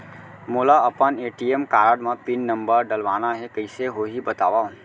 मोला अपन ATM card म पिन नंबर डलवाना हे कइसे होही बतावव?